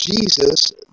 Jesus